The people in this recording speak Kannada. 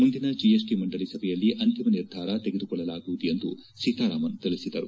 ಮುಂದಿನ ಜಿಎಸ್ಟ ಮಂಡಳಿ ಸಭೆಯಲ್ಲಿ ಅಂತಿಮ ನಿರ್ಧಾರ ತೆಗೆದುಕೊಳ್ಳಲಾಗುವುದು ಎಂದು ಸೀತಾರಾಮನ್ ತಿಳಿಸಿದರು